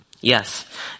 Yes